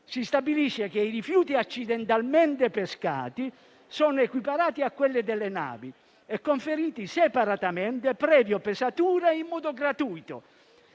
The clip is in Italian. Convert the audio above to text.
Si stabilisce che i rifiuti accidentalmente pescati siano equiparati a quelli delle navi e conferiti separatamente, previa pesatura e in modo gratuito